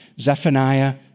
Zephaniah